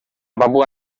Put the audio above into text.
papua